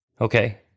Okay